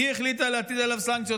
ארצות הברית החליטה להטיל עליו סנקציות,